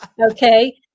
Okay